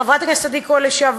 חברת הכנסת לשעבר